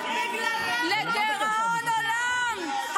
לדיראון עולם.